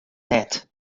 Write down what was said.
net